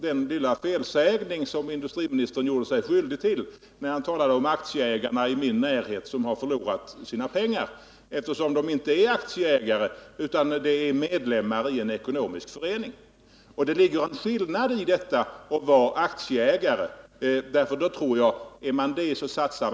Den lilla felsägning som industriministern gjorde sig skyldig till när han talade om aktieägarna i min närhet som har förlorat sina pengar är kanske symtomatisk. De är inte aktieägare utan medlemmar i en ekonomisk förening. Det ligger en skillnad i att vara aktieägare och medlem i en ekonomisk förening.